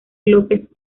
lópez